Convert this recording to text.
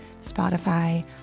Spotify